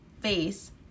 face